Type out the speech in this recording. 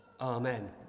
Amen